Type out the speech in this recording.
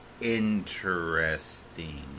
Interesting